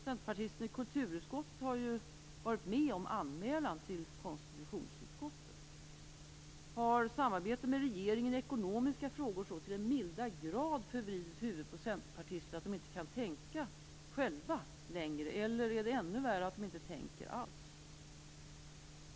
Centerpartisten i kulturutskottet har ju varit med på anmälan till konstitutionsutskottet. Har samarbetet med regeringen i ekonomiska frågor så till den milda grad förvridit huvudena på centerpartister att de inte längre kan tänka själva, eller är det, ännu värre, så att de inte tänker alls?